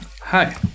Hi